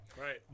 Right